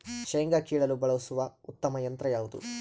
ಶೇಂಗಾ ಕೇಳಲು ಬಳಸುವ ಉತ್ತಮ ಯಂತ್ರ ಯಾವುದು?